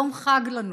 יום חג לנו.